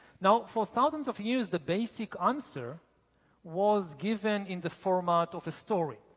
now, for thousands of years, the basic answer was given in the format of a story.